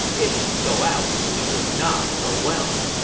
if we go out, it would not go well.